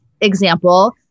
example